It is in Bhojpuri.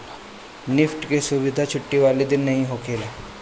निफ्ट के सुविधा छुट्टी वाला दिन नाइ होखेला